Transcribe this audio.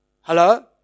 Hello